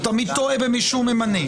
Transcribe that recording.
הוא תמיד טועה במי שהוא ממנה.